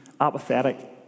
apathetic